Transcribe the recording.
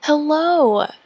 Hello